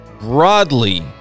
broadly